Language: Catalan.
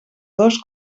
dos